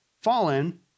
fallen